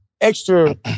extra